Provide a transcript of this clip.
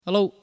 Hello